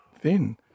thin